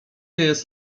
jest